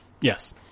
Yes